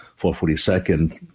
442nd